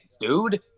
dude